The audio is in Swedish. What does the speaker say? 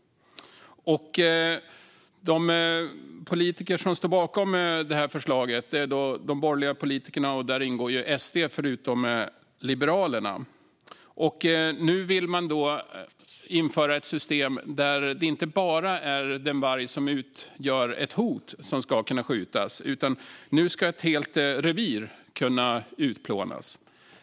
De partier som står bakom förslaget är de borgerliga partierna, där SD ingår, förutom Liberalerna. Nu vill man införa ett system där det inte bara är den varg som utgör ett hot som ska kunna skjutas. Nu ska ett helt revir kunna utplånas.